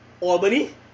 Albany